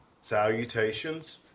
Salutations